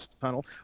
tunnel